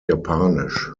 japanisch